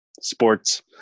sports